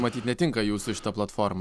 matyt netinka jūsų šita platforma